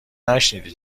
نشنیدی